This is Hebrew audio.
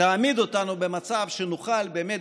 תעמיד אותנו במצב שנוכל באמת,